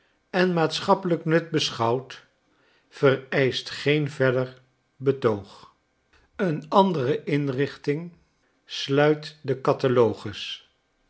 en maatschappeiyk nut beschouwd vereischt geen verder betoog een andere inrichting sluit den catalogus